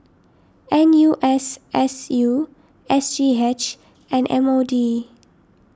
N U S S U S G H and M O D